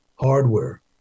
hardware